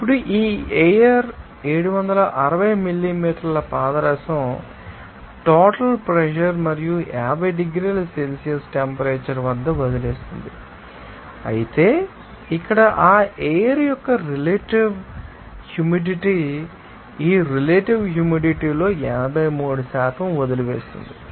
ఇప్పుడు ఈ ఎయిర్ 760 మిల్లీమీటర్ల పాదరసం టోటల్ ప్రెషర్ మరియు 50 డిగ్రీల సెల్సియస్ టెంపరేచర్ వద్ద వదిలివేస్తుంది అయితే ఇక్కడ ఆ ఎయిర్ యొక్క రిలేటివ్ హ్యూమిడిటీ ఈ రిలేటివ్ హ్యూమిడిటీ లో 83 వదిలివేస్తుంది